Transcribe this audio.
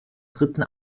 dritten